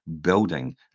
building